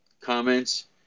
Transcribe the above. comments